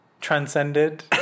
Transcended